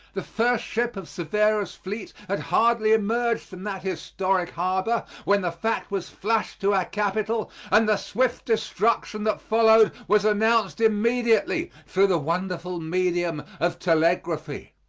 the first ship of cervera's fleet had hardly emerged from that historic harbor when the fact was flashed to our capitol, and the swift destruction that followed was announced immediately through the wonderful medium of telegraphy.